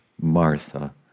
Martha